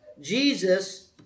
Jesus